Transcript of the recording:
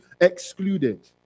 excluded